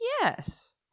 Yes